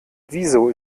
wieso